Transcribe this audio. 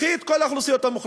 קחי את כל האוכלוסיות המוחלשות,